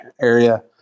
area